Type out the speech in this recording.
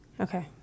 Okay